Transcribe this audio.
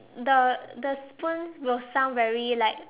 the the spoon will sound very like